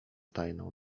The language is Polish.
tajną